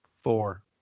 four